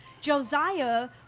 Josiah